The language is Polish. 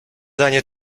danie